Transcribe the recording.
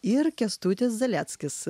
ir kęstutis zaleckis